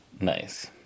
Nice